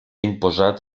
imposat